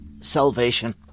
salvation